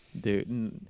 dude